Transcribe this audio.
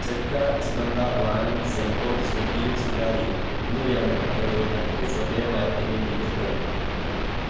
ചെക്ക Chivantha Vaanam Psycho സൂഫിയും സുജാതയും എന്നിവയാണ് അവരുടെ മറ്റ് ശ്രദ്ധേയമായ തെന്നിന്ത്യൻ ചിത്രങ്ങൾ